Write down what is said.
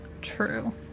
True